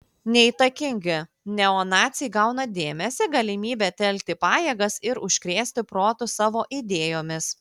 neįtakingi neonaciai gauna dėmesį galimybę telkti pajėgas ir užkrėsti protus savo idėjomis